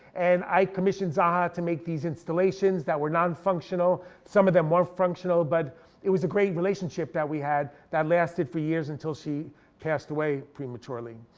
and i commissioned zaha to make these installations that were nonfunctional, some of them were functional. but it was a great relationship that we had that lasted for years until she passed away prematurely.